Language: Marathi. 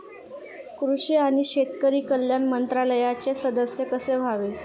कृषी आणि शेतकरी कल्याण मंत्रालयाचे सदस्य कसे व्हावे?